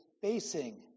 facing